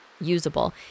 usable